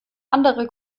andere